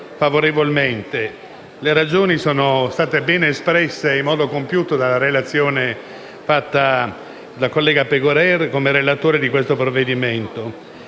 Le ragioni sono state espresse bene e in modo compiuto nella relazione del collega Pegorer, relatore di questo provvedimento.